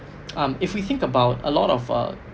um if we think about a lot of uh